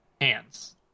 hands